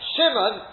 Shimon